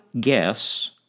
guess